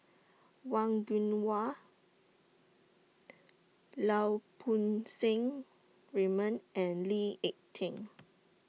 Wang Gungwu Lau Poo Seng Raymond and Lee Ek Tieng